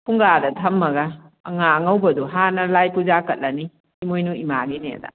ꯐꯨꯡꯒꯥꯗ ꯊꯝꯃꯒ ꯉꯥ ꯑꯉꯧꯕꯗꯣ ꯍꯥꯟꯅ ꯂꯥꯏ ꯄꯨꯖꯥ ꯀꯠꯂꯅꯤ ꯏꯃꯣꯏꯅꯨ ꯏꯃꯥꯒꯤꯅꯤꯅ